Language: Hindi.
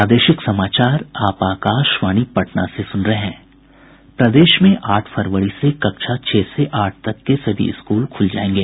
प्रदेश में आठ फरवरी से कक्षा छह से आठ तक के सभी स्कूल खूल जायेंगे